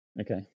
Okay